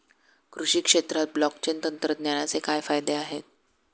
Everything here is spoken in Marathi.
कृषी क्षेत्रात ब्लॉकचेन तंत्रज्ञानाचे काय फायदे आहेत?